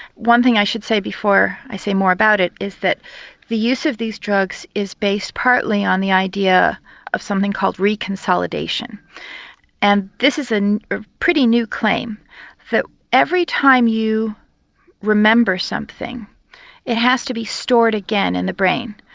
one thing i should say before i say more about it is that the use of these drugs is based partly on the idea of something called reconsolidation and this is a pretty new claim that every time you remember something it has to be stored again in the brain.